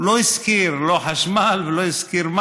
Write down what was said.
הוא לא הזכיר לא חשמל ולא מים.